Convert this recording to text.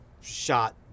shot